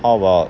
how about